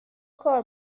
کار